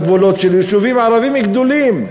לגבולות של יישובים ערביים גדולים.